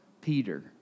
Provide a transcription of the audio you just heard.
Peter